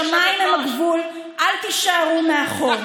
השמיים הם הגבול, אל תישארו מאחור.